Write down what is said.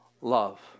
love